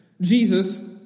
Jesus